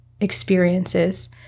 experiences